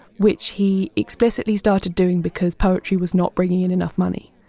which he explicitly started doing because poetry was not bringing in enough money.